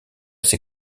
ces